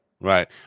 Right